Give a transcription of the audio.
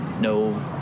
no